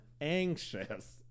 Anxious